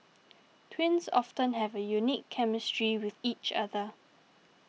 twins often have a unique chemistry with each other